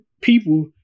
people